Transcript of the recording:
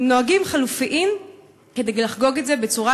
נהגים חלופיים כדי לחגוג את זה בצורה